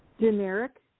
generic